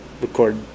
record